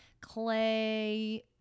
clay